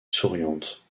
souriante